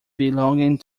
belonging